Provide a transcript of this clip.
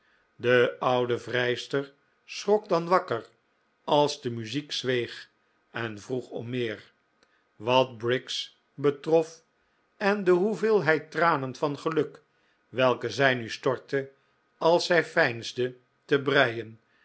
de oude vrijster schrok dan wakker als de muziek zweeg en vroeg om meer wat briggs betrof en de hoeveelheid tranen van geluk welke zij nu stortte als zij veinsde te breien